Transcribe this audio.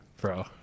Bro